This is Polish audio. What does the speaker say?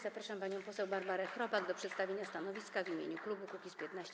Zapraszam panią poseł Barbarę Chrobak do przedstawienia stanowiska w imieniu klubu Kukiz’15.